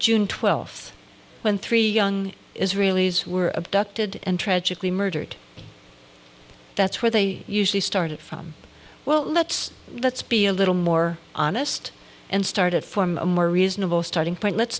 june twelfth when three young israelis were abducted and tragically murdered that's where they usually started from well let's let's be a little more honest and started form a more reasonable starting